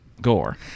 gore